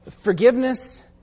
forgiveness